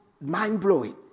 mind-blowing